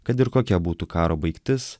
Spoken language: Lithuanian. kad ir kokia būtų karo baigtis